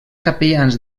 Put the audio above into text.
capellans